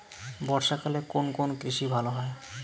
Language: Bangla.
বর্ষা কালে কোন কোন কৃষি ভালো হয়?